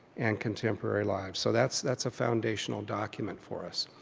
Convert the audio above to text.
and contemporary lives. so that's that's a foundational document for us.